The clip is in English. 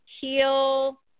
heal